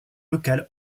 locale